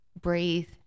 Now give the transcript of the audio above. breathe